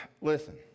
Listen